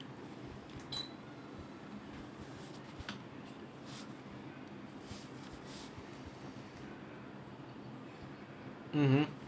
mmhmm